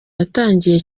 yatangiye